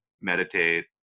meditate